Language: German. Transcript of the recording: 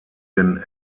den